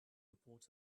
reports